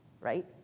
right